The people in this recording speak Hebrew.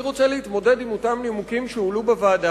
אני רוצה להתמודד עם נימוקים שהועלו בוועדה,